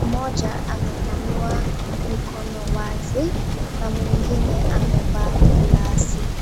Mmoja amepanua mikono wazi na mwingine amevaa glasi.